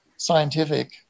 scientific